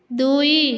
ଦୁଇ